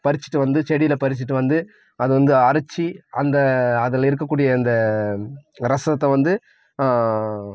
பறிச்சிட்டு வந்து செடியில பறிச்சிட்டு வந்து அதுவந்து அரைச்சி அந்த அதில் இருக்கக்கூடிய அந்த ரசத்தை வந்து